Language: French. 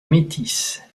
métis